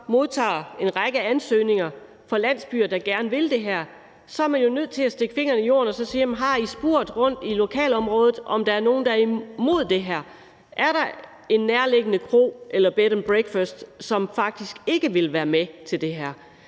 modtager en række ansøgninger fra landsbyer, der gerne vil det her, er man jo nødt til at stikke fingeren i jorden og så sige: Jamen har I spurgt i lokalområdet, om der er nogen, der imod det her? Er der en nærliggende kro eller bed and breakfast, som faktisk ikke vil være med til det her?